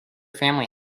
family